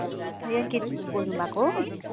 याङ्कित बोल्नुभएको हो